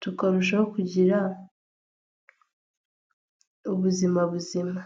tukarushaho kugira ubuzima buzima.